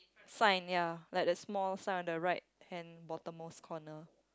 sign ya like the small sign on the right hand bottom most corner